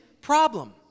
problem